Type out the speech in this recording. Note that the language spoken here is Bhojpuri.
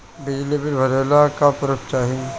बिजली बिल भरे ला का पुर्फ चाही?